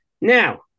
Now